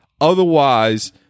Otherwise